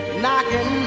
knocking